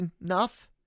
enough